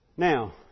Now